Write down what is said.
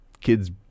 kids